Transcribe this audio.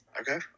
okay